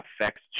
affects